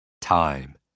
time